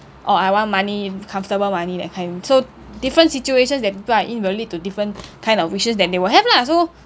oh I want money comfortable money that kind so different situations that people are in will lead to different kind of wishes that they will have lah so